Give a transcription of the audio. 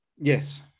Yes